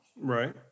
Right